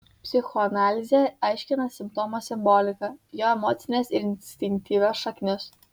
psichoanalizė aiškina simptomo simboliką jo emocines ir instinktyvias šaknis